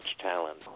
talent